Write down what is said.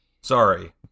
Sorry